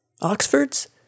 Oxfords